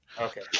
Okay